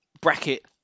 bracket